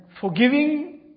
forgiving